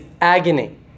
agony